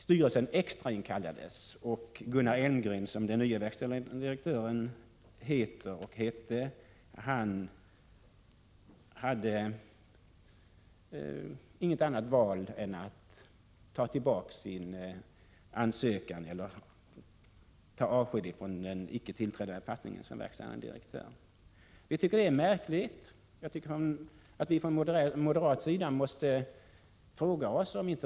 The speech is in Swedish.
Styrelsen extrainkallades och Gunnar Elmgren, den nye verkställande direktören , hade inget annat val än att begära avsked från den ännu icke tillträdda befattningen som verkställande direktör. Vi moderater tycker att detta var märkligt.